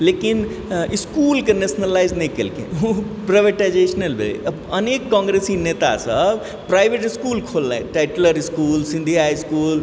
लेकिन इसकुलके नेशनलाइज नहि कयलखिन ओ प्राइवेटाइजेशन रहय अनेक काँग्रेसी नेता सब प्राइवेट इसकुल खोललथि टाइटलर इसकुल सिन्धिया इसकुल